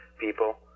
people